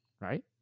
Right